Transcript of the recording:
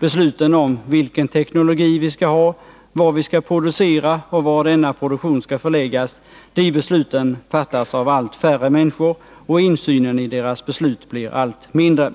Besluten om vilken teknologi vi skall ha, vad vi skall producera och var denna produktion skall förläggas fattas av allt färre människor, och insynen i deras beslut blir allt mindre.